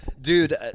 Dude